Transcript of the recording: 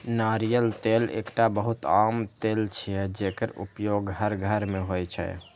नारियल तेल एकटा बहुत आम तेल छियै, जेकर उपयोग हर घर मे होइ छै